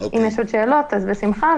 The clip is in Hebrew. אם יש שאלות, אז בשמחה.